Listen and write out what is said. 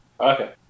Okay